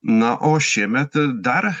na o šiemet dar